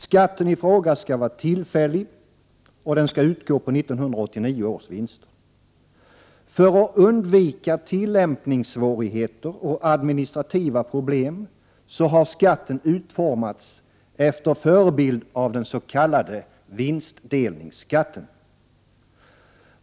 Skatten i fråga skall vara tillfällig och utgå på 1989 års vinster. För att undvika tillämpningssvårigheter och administrativa problem har skatten utformats efter förebild av den s.k. vinstdelningsskatten.